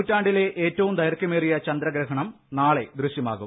നൂറ്റാണ്ടിലെ ഏറ്റവും ദൈർഘൃമേറിയ ചന്ദ്രഗ്രഹണം നാളെ ദൃശ്യമാകും